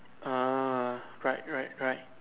ah right right right